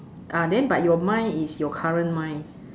ah then but your mind is your current mind